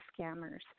scammers